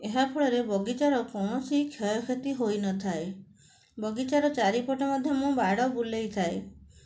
ଏହାଫଳରେ ବଗିଚାର କୌଣସି କ୍ଷୟକ୍ଷତି ହୋଇନଥାଏ ବଗିଚାର ଚାରିପଟେ ମଧ୍ୟ ମୁଁ ବାଡ଼ ବୁଲାଇଥାଏ